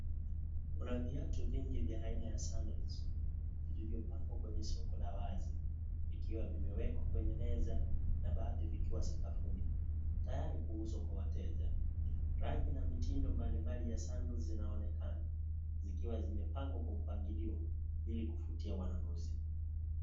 Kuna viatu vingi aina ya sandles vilivyopangwa kwenye soko la wazi vikiwa vimewekwa kwenye meza na baadhi vikiwa sakafunu, tayari kuuzwa kwa wateja .Rangi na mitindo mbalimbali ya sandles zinaonekana zikiwa zimepangwa mpangilio ilikufutia wanunuzi.